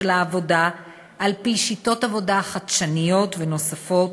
העבודה על-פי שיטות עבודה חדשניות ונוספות.